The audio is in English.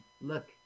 Look